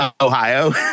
ohio